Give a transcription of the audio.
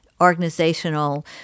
organizational